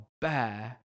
bear